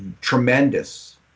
tremendous